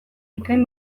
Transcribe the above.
bikain